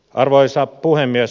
arvoisa puhemies